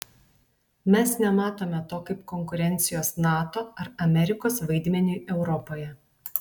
mes nematome to kaip konkurencijos nato ar amerikos vaidmeniui europoje